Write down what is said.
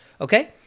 okay